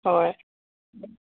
হয়